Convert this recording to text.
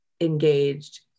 engaged